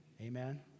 Amen